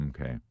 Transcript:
Okay